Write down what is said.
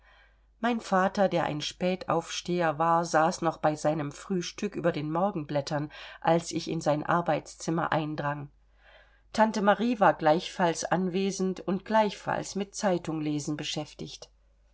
mein vater der ein spätaufsteher war saß noch bei seinem frühstück über den morgenblättern als ich in sein arbeitszimmer eindrang tante marie war gleichfalls anwesend und gleichfalls mit zeitunglesen beschäftigt